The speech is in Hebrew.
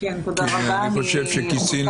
כי אני חושב שכיסינו.